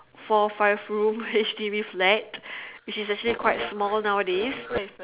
four five room H_D_B flat which is actually quite small nowadays